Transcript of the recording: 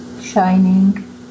shining